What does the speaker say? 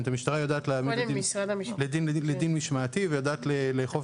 המשטרה יודעת להעמיד לדין משמעתי ויודעת גם לתת